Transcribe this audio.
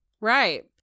Right